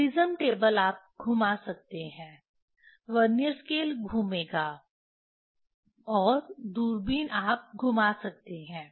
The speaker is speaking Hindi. प्रिज्म टेबल आप घुमा सकते हैं वर्नियर स्केल घूमेगा और दूरबीन आप घुमा सकते हैं